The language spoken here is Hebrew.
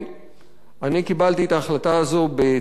אני קיבלתי את ההחלטה הזאת בצער רב.